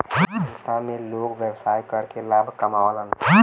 उद्यमिता में लोग व्यवसाय करके लाभ कमावलन